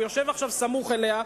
הוא יושב עכשיו סמוך אליה,